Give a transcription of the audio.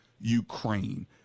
Ukraine